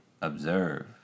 observe